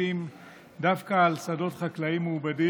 והג'יפים דווקא על שדות חקלאיים מעובדים,